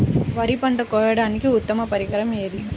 వరి పంట కోయడానికి ఉత్తమ పరికరం ఏది?